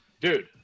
dude